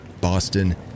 Boston